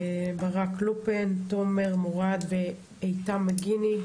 ברק לופן, תומר מורד ואיתם מגיני.